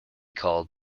called